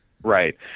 Right